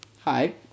Hi